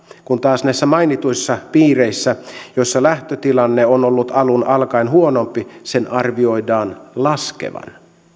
kun taas näissä mainituissa piireissä joissa lähtötilanne on ollut alun alkaen huonompi sen arvioidaan laskevan